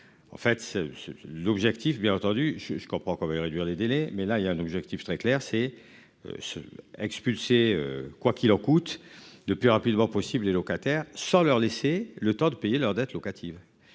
En fait. L'objectif bien entendu je je comprends qu'on veuille réduire les délais mais là il y a un objectif très clair, c'est. Ce expulsés. Quoi qu'il en coûte de plus rapidement possible les locataires sans leur laisser le temps de payer leurs dettes locatives.